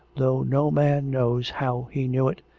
though no man knows how he knew it,